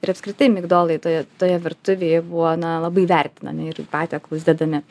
ir apskritai migdolai toje toje virtuvėje buvo na labai vertinami ir į patiekalus dedami